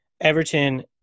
Everton